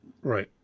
Right